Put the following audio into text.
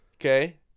Okay